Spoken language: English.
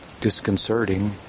disconcerting